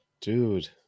Dude